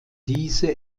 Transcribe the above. diese